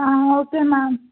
okay ma'am